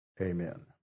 amen